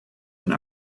and